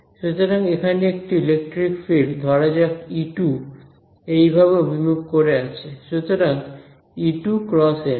সুতরাং এখানে একটি ইলেকট্রিক ফিল্ড ধরা যাক E2 এইভাবে অভিমুখ করে আছে সুতরাং E2 × n